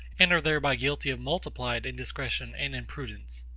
and are thereby guilty of multiplied indiscretion and imprudence.